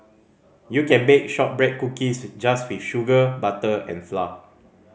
you can bake shortbread cookies just with sugar butter and flour